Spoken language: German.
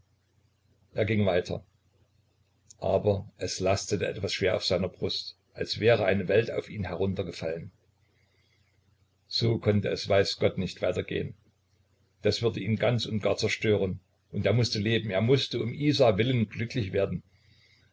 er ging weiter aber es lastete etwas schwer auf seiner brust als wäre eine welt auf ihn heruntergefallen so konnte es weiß gott nicht weiter gehen das würde ihn ganz und gar zerstören und er mußte leben er mußte um isas willen glücklich werden